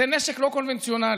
זה נשק לא קונבנציונלי.